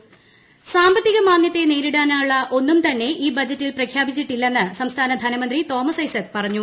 budget Thomas Isaac സാമ്പത്തിക മാന്ദ്യത്തെ നേരിടാനുള്ള ഒന്നും തന്നെ ഈ ബജറ്റിൽ പ്രഖ്യാപിച്ചിട്ടില്ലെന്ന് സംസ്ഥാന ധനമന്ത്രി തോമസ് ഐസക് പറഞ്ഞു